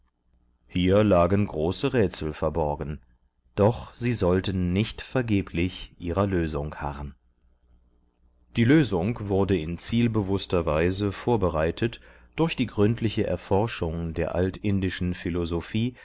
hier lagen große rätsel verborgen doch sie sollten nicht vergeblich ihrer lösung harren diese lösung wurde in zielbewußter weise vorbereitet durch die gründliche erforschung der altindischen philosophie